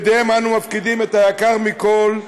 שבידיהם אנו מפקידים את היקר מכול,